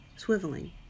swiveling